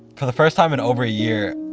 for the first time in over a year,